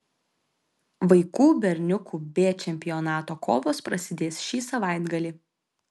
vaikų berniukų b čempionato kovos prasidės šį savaitgalį